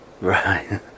Right